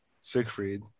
siegfried